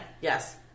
Yes